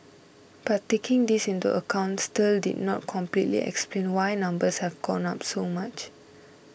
but taking this into account still did not completely explain why numbers have gone up so much